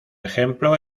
ejemplo